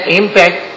impact